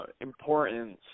importance